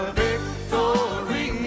victory